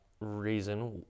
reason